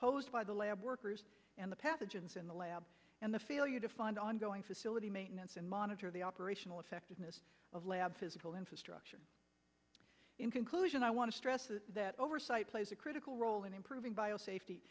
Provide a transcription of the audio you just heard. posed by the lab workers and the pathogens in the lab and the failure to find ongoing facility maintenance and monitor the operational effectiveness of lab physical infrastructure in conclusion i want to stress that oversight plays a critical role in improving bio safety